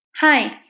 Hi